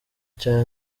cya